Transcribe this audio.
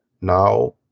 Now